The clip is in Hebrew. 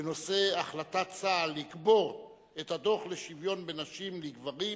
בנושא: החלטת צה"ל לקבור את הדוח לשוויון בין נשים לגברים,